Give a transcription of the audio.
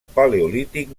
paleolític